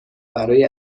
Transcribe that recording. برای